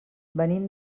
venim